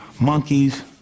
monkeys